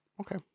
Okay